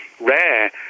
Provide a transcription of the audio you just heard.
rare